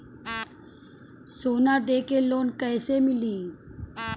सोना दे के लोन कैसे मिली?